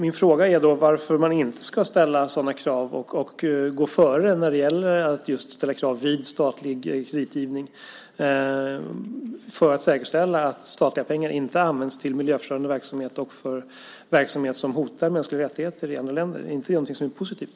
Min fråga är alltså varför man inte ska ställa sådana krav och gå före när det gäller just statlig kreditgivning och därmed säkerställa att statliga pengar inte används till miljöförstörande verksamhet och för verksamhet som hotar mänskliga rättigheter i andra länder. Vore inte det positivt?